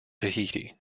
tahiti